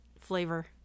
flavor